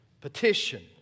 petition